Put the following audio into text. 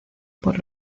por